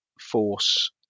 force